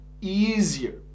easier